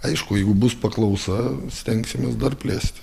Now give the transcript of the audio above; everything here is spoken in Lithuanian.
aišku jeigu bus paklausa stengsimės dar plėstis